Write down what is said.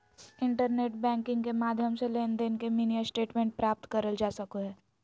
internet banking के माध्यम से लेनदेन के मिनी स्टेटमेंट प्राप्त करल जा सको हय